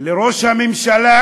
לראש הממשלה